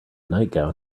nightgown